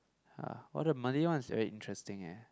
uh well the money one is very interesting eh